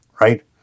right